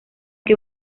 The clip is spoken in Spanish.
que